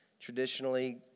traditionally